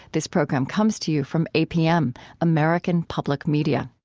this program comes to you from apm, american public media